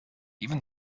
even